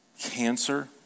cancer